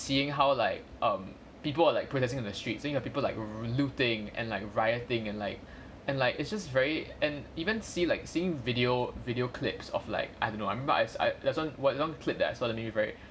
seeing how like um people are like protesting on the streets seeing the people like looting and like rioting and like and like it's just very and even see like seeing video video clips of like I don't know I remember there's one there's one long clip that I saw that made me very